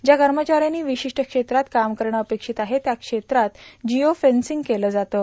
ज्या कर्मचाऱ्यांनी विशिष्ट क्षेत्रात काम करणं अपेक्षित आहे त्या क्षेत्राचं जियो फेन्सींग केलं जातं